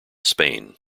spain